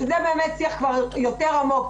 שזה באמת שיח כבר יותר עמוק.